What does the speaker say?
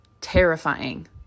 terrifying